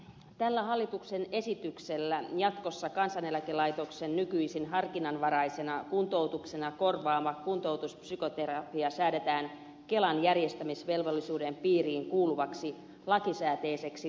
tällä hallituksen esityksellä jatkossa kansaneläkelaitoksen nykyisin harkinnanvaraisena kuntoutuksena korvaama kuntoutuspsykoterapia säädetään kelan järjestämisvelvollisuuden piiriin kuuluvaksi lakisääteiseksi toiminnaksi